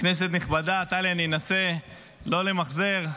כנסת נכבדה, טלי, אני אנסה לא למחזר.